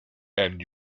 and